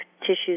tissues